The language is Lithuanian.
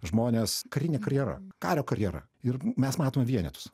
žmonės karine karjera kario karjera ir mes matome vienetus